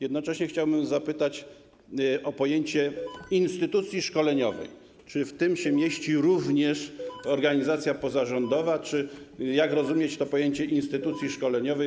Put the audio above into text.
Jednocześnie chciałbym zapytać o pojęcie instytucji szkoleniowej: Czy w tym mieści się również organizacja pozarządowa i jak rozumieć to pojęcie instytucji szkoleniowej?